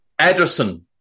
Ederson